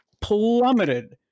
plummeted